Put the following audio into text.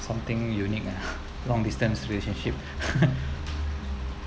something unique ah long distance relationship